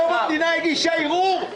1 נגד, רוב נמנעים, אין הרביזיה לא אושרה.